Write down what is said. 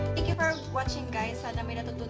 thank you for watching guys ah and i mean a